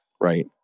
right